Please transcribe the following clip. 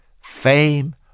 fame